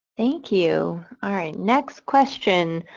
thank you. all right next question.